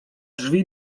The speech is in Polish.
drzwi